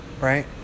right